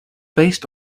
based